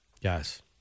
Yes